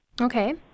Okay